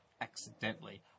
accidentally